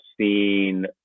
seen